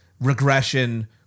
regression